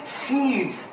seeds